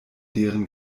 deren